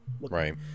Right